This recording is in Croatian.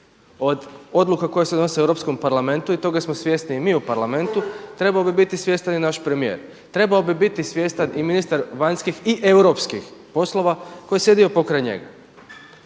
od odluka koje se donose u Europskom parlamentu i toga smo svjesni i mi u Parlamentu, trebao bi biti svjestan i naš premijer, trebao bi biti svjestan i ministar vanjskih i europskih poslova koji je sjedio pokraj njega.